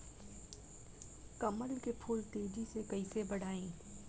कमल के फूल के तेजी से कइसे बढ़ाई?